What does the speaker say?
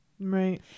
Right